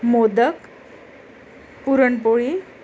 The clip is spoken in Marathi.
मोदक पुरणपोळी